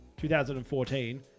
2014